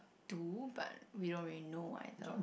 do but we don't really know either